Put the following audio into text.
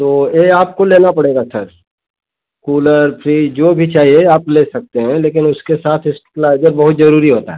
तो ये आपको लेना पड़ेगा सर कूलर फ्रीज जो भी चाहिए आप ले सकते है लेकिन उसके साथ स्टेप्लाइजर बहुत जरूरी होता है